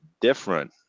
different